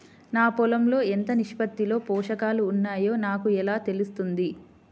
నా పొలం లో ఎంత నిష్పత్తిలో పోషకాలు వున్నాయో నాకు ఎలా తెలుస్తుంది?